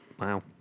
Wow